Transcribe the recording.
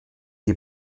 die